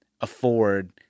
afford